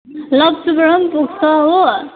लप्चूबाट पनि पुग्छ हो